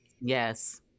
yes